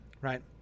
right